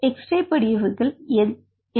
x ray படிகவியல க்கு என்ன தேவை படுகிறது